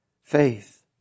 Faith